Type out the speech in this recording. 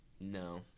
no